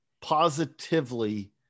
positively